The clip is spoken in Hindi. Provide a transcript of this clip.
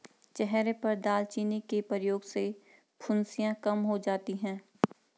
चेहरे पर दालचीनी के प्रयोग से फुंसियाँ कम हो जाती हैं